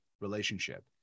relationship